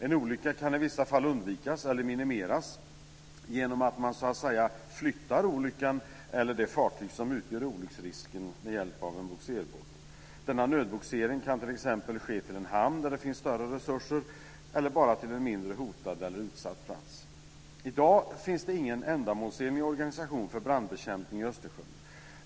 En olycka kan i vissa fall undvikas eller minimeras genom att man så att säga flyttar olyckan eller det fartyg som utgör olycksrisken med hjälp av en bogserbåt. Denna nödbogsering kan t.ex. ske till en hamn där det finns större resurser eller bara till en mindre hotad eller utsatt plats. I dag finns det ingen ändamålsenlig organisation för brandbekämpning i Östersjön.